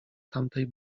tamtej